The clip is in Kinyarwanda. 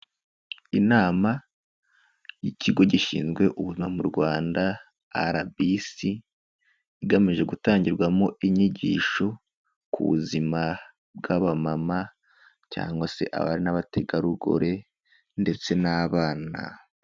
Inama y'ikigo gishinzwe ubuzima mu Rwanda RBC, igamije gutangirwamo inyigisho ku buzima bw'abamama cyangwa se abari n'abategarugori ndetse n'abana.